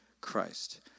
Christ